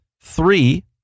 Three